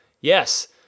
Yes